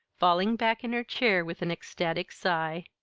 falling back in her chair with an ecstatic sigh.